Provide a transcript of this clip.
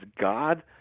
God